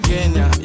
Kenya